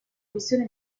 missione